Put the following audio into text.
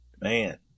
man